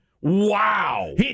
wow